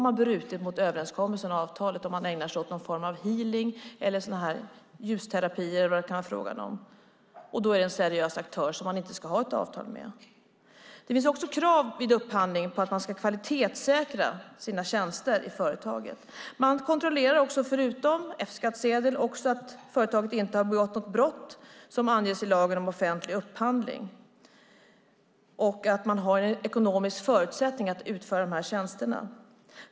Man bryter mot överenskommelsen och avtalet om man ägnar sig åt någon form av healing, ljusterapi eller vad det kan vara fråga om. Då är det en oseriös aktör, som man inte ska ha ett avtal med. Det finns även krav vid upphandling på att företaget ska kvalitetssäkra sina tjänster. Man kontrollerar också förutom F-skattsedel att företaget inte har begått brott som anges i lagen om offentlig upphandling och att det har ekonomiska förutsättningar att utföra tjänsterna.